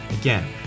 again